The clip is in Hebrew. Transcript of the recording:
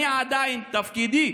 עדיין, תפקידי